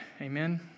Amen